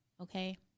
okay